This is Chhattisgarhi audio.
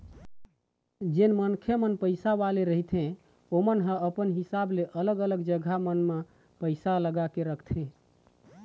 जेन मनखे मन पइसा वाले रहिथे ओमन ह अपन हिसाब ले अलग अलग जघा मन म पइसा लगा के रखथे